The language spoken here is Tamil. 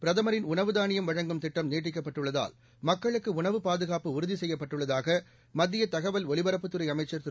பிரதமரின் உணவு தானியம் வழங்கும் திட்டம் நீட்டிக்கப்பட்டுள்ளதால் மக்களுக்கு உணவு பாதுகாப்பு உறுதி செய்யப்பட்டுள்ளதாக மத்திய தகவல் ஒலிபரப்புத் துறை அமைச்சர் திரு